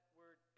word